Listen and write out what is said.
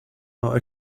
are